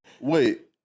Wait